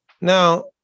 Now